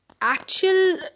actual